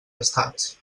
estats